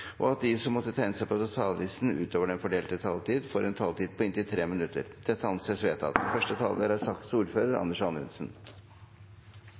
og at de som måtte tegne seg på talerlisten utover den fordelte taletid, får en taletid på inntil 3 minutter. – Det anses vedtatt.